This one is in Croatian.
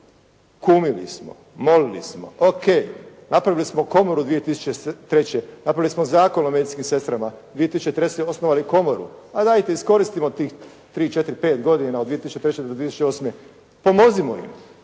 Kumili smo, molili smo. Ok, napravili smo komoru 2003., napravili smo Zakon o medicinskim sestrama, 2003. smo osnovali komoru. A dajte, iskoristimo tih 3, 4, 5 godina od 2003. do 2008., pomozimo im.